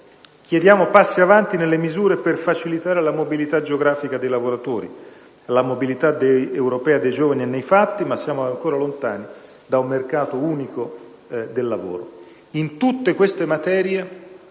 chiediamo passi avanti in ordine alle misure per facilitare la mobilità geografica dei lavoratori: la mobilità europea dei giovani è nei fatti, ma ancora siamo lontani da un mercato unico del lavoro.